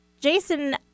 Jason